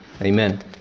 Amen